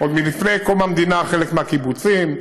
עוד מלפני קום המדינה חלק מהקיבוצים,